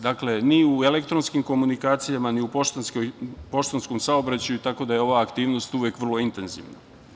Dakle, ni u elektronskim komunikacijama, ni u poštanskom saobraćaju tako da je ova aktivnost uvek vrlo intenzivna.